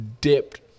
dipped